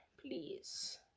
please